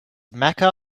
mecca